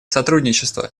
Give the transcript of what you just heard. сотрудничество